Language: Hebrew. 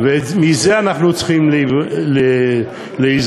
ומזה אנחנו צריכים להיזהר.